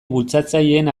bultzatzaileen